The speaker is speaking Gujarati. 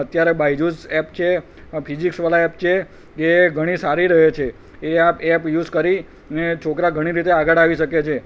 અત્યારે બાયજૂસ એપ છે ફિઝિક્સવાલા એપ છે જે ઘણી સારી રહે છે એ એપ એ એપ યુઝ કરીને છોકરા ઘણી રીતે આગળ આવી શકે છે